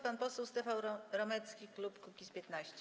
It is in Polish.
Pan poseł Stefan Romecki, klub Kukiz’15.